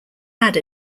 had